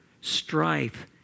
strife